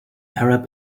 arab